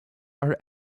are